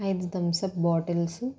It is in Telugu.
ఐదు థంసప్ బాటిల్స్